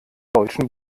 deutschen